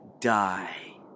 die